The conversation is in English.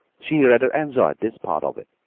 she rather enjoyed this part of it,